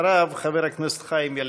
אחריו, חבר הכנסת חיים ילין.